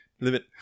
Limit